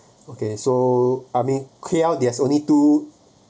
okay so I mean clear out there's only two